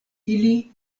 ili